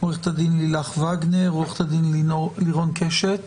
עורכת הדין לילך וגנר, עורכת הדין לירון קשת